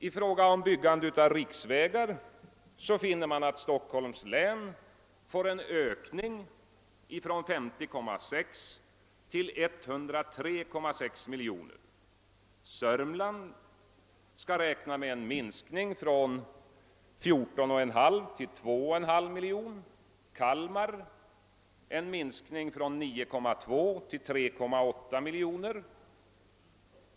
I fråga om byggandet av riksvägar finner man att Stockholms län får en ökning från 50,6 till 103,6 miljoner samt att Södermanlands län kan räkna med en minskning från 14,5 till 2,5 miljoner och Kalmar län med en minskning från 9,2 till 3,8 miljoner.